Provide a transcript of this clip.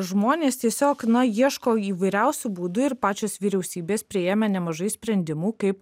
žmonės tiesiog na ieško įvairiausių būdų ir pačios vyriausybės priėmė nemažai sprendimų kaip